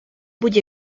будь